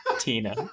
Tina